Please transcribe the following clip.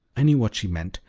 i knew what she meant,